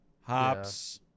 Hops